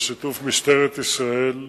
בשיתוף משטרת ישראל,